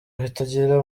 bitagira